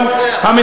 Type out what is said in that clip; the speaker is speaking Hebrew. הוא, ורוצח מתועב.